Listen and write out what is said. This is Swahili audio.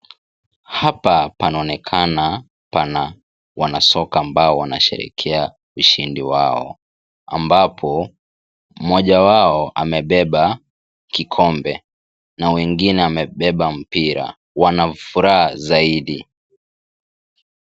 Hapa panaonekana pana wanasoka ambao wanasherehekea ushindi wao ambapo mmoja wao amebeba kikombe na mwingine amebeba mpira. Wana furaha zaidi.